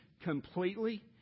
completely